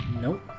Nope